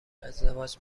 ازدواج